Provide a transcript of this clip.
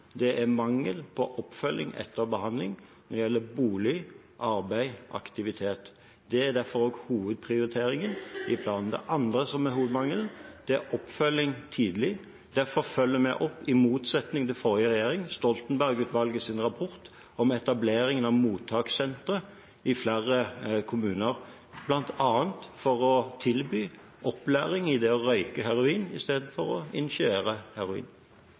Det som er gjennomgående, er at det er mangel på oppfølging etter behandling når det gjelder bolig, arbeid og aktivitet. Det er derfor hovedprioriteringen i planen. Den andre hovedmangelen er tidlig oppfølging. Derfor følger vi opp – i motsetning til forrige regjering – Stoltenberg-utvalgets rapport om etableringen av mottakssentre i flere kommuner, bl.a. for å tilby opplæring i det å røyke heroin i stedet for å injisere heroin.